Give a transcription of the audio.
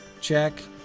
Check